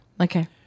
Okay